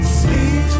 sleep